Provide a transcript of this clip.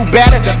better